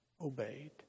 obeyed